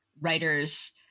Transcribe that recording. writers